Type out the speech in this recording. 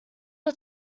our